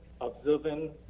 observing